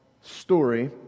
story